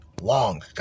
long